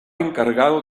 encargado